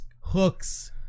hooks